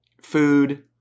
food